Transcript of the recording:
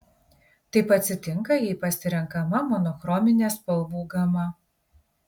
taip atsitinka jei pasirenkama monochrominė spalvų gama